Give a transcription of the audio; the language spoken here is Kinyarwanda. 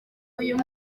uyu